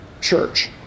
church